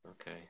okay